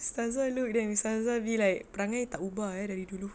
ustazah look then ustazah be like perangai tak ubah eh dari dulu